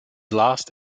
last